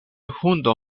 hundo